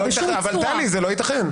טלי, זה לא ייתכן.